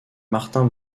martin